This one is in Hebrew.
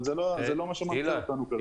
אבל זה לא מה שמנחה אותנו כרגע.